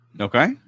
okay